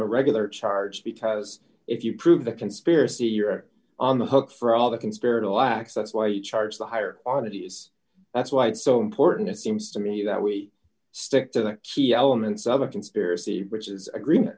a regular charge because if you prove the conspiracy you're on the hook for all the conspirator lacs that's why you charge the higher oddities that's why it's so important it seems to me that we stick to the key elements of a conspiracy which is agreement